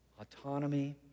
autonomy